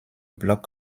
bloc